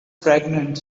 pregnant